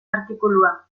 artikulua